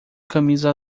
camisa